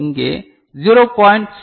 இங்கே 0